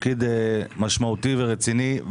תפקיד משמעותי ורציני.